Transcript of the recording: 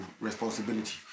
responsibility